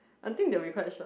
I think they'll be quite shock